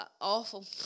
awful